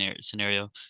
scenario